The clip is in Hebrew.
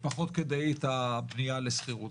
את הבנייה לשכירות פחות כדאית.